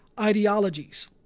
ideologies